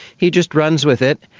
he just runs with it,